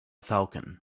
falcon